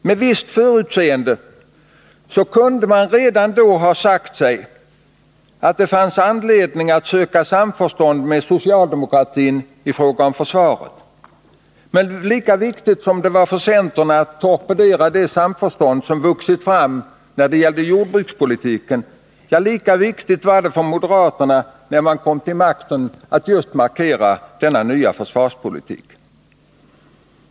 Med visst förutseende kunde man redan då ha sagt sig att det fanns anledning att söka samförstånd med socialdemokratin i fråga om försvaret. Men lika viktigt som det var för centern att torpedera det samförstånd som vuxit fram när det gällde jordbrukspolitiken var det för moderaterna att markera just denna nya försvarspolitik.